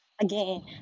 again